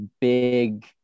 big